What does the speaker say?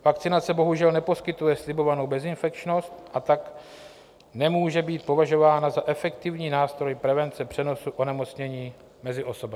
Vakcinace bohužel neposkytuje slibovanou bezinfekčnost, a tak nemůže být považována za efektivní nástroj prevence přenosu onemocnění mezi osobami.